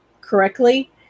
correctly